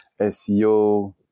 SEO